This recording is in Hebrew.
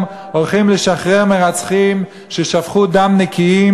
הולכים לשחרר מרצחים ששפכו דם נקיים